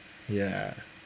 ya